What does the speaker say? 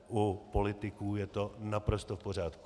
U politiků je to naprosto v pořádku.